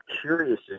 curious